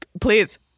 Please